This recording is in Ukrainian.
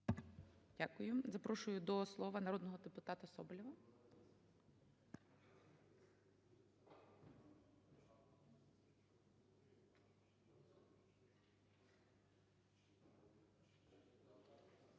Дякую. Запрошую до слова народного депутата Головка.